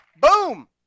boom